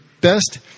best